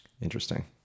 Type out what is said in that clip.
Interesting